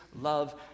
love